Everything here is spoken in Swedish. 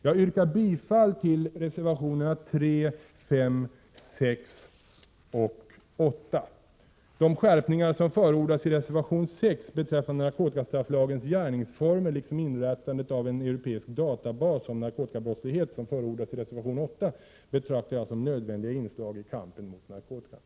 Jag yrkar bifall till reservationerna 3, 5, 6 och 8. De skärpningar som förordas i reservation 6 beträffande narkotikastrafflagens gärningsformer liksom inrättandet av en europeisk databas om narkotikabrottslighet, som förordas i reservation 8, betraktar jag som nödvändiga inslag i kampen mot narkotikan.